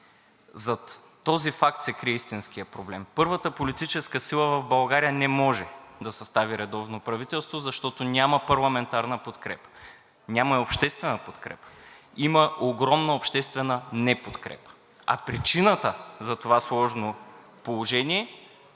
Зад този факт се крие истинският проблем. Първата политическа сила в България не може да състави редовно правителство, защото няма парламентарна подкрепа, няма и обществена подкрепа – има огромна обществена неподкрепа. А причината за това сложно положение